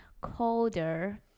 colder